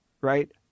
Right